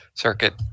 circuit